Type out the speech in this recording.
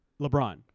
LeBron